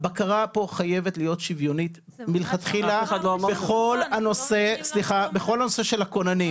הבקרה פה חייבת להיות שוויונית מלכתחילה בכל הנושא של הכוננים.